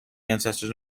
ancestors